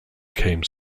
came